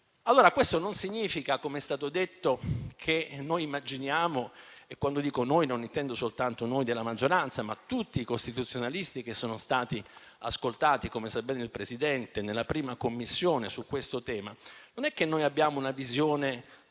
fiducia. Questo non significa, come è stato detto, che noi - e quando dico noi non intendo soltanto noi della minoranza, ma tutti i costituzionalisti che sono stati ascoltati, come sa bene il Presidente, nella 1a Commissione, su questo tema - abbiamo una visione